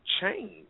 change